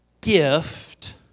gift